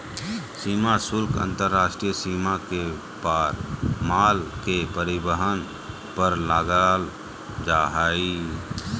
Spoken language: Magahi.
सीमा शुल्क अंतर्राष्ट्रीय सीमा के पार माल के परिवहन पर लगाल जा हइ